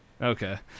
Okay